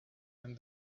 and